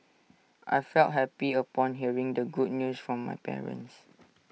I felt happy upon hearing the good news from my parents